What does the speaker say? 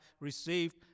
received